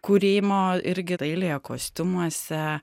kūrimo irgi dailėje kostiumuose